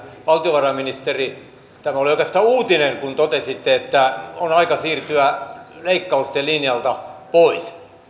valtiovarainministeri tämä oli oikeastaan uutinen kun totesitte että on aika siirtyä leikkausten linjalta pois